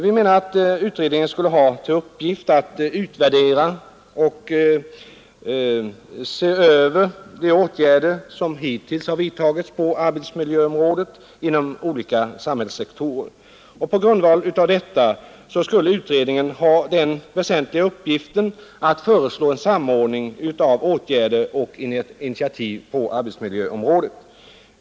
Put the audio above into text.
Vi menar att utredningen skulle ha till uppgift att utvärdera och se över de åtgärder som hittills har vidtagits på arbetsmiljöområdet inom alla samhällssektorer. På grundval av detta skulle utredningen ha den väsentliga uppgiften att föreslå en samordning av åtgärder och initiativ på arbetsmiljöområdet.